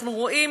אנחנו רואים